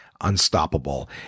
unstoppable